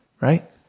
right